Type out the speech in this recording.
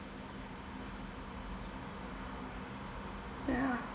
ya